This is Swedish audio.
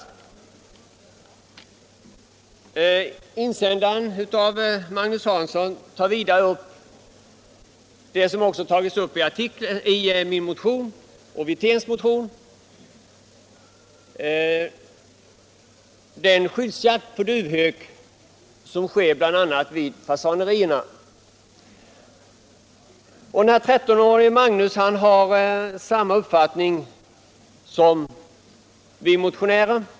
Insändaren Magnus Hansson tar vidare upp det som också tagits upp i min och herr Wirténs motion, nämligen den skyddsjakt på duvhök som sker bl.a. vid fasanerierna. Den 13-årige Magnus har samma uppfattning som vi motionärer.